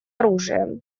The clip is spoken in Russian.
оружием